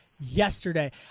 Yesterday